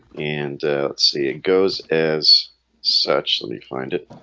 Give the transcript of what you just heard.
and let's see it goes as such, let me find it.